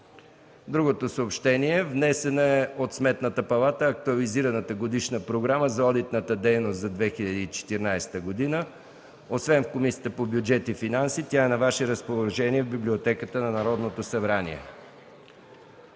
него. Внесена е от Сметната палата актуализираната Годишна програма за одитната дейност за 2014 г. Освен в Комисията по бюджет и финанси, тя е на Ваше разположение в Библиотеката на Народното събрание.